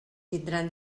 tindran